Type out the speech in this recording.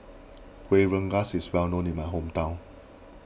Kueh Rengas is well known in my hometown